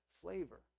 flavor